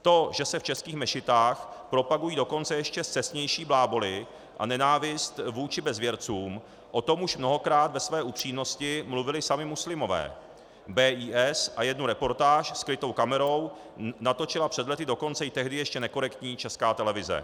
To, že se v českých mešitách propagují dokonce ještě scestnější bláboly a nenávist vůči bezvěrcům, o tom už mnohokrát ve své upřímnosti mluvili sami muslimové, BIS, a jednu reportáž skrytou kamerou natočila před lety dokonce i tehdy ještě nekorektní Česká televize.